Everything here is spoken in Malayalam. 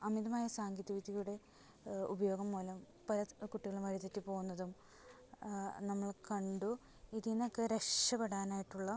അമിതമായ സാങ്കേതിക വിദ്യയുടെ ഉപയോഗം മൂലം പല കുട്ടികളും വഴി തെറ്റി പോവുന്നതും നമ്മൾ കണ്ടു ഇതിൽ നിന്നൊക്കെ രക്ഷപ്പെടാനായിട്ടുള്ള